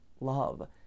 love